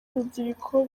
urubyiruko